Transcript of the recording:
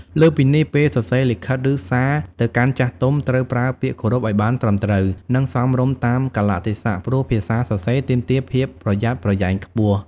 លើសពីនេះ ពេលសរសេរលិខិត ឬសារទៅកាន់ចាស់ទុំ ត្រូវប្រើពាក្យគោរពឱ្យបានត្រឹមត្រូវ និងសមរម្យតាមកាលៈទេសៈ ព្រោះភាសាសរសេរទាមទារភាពប្រយ័ត្នប្រយែងខ្ពស់។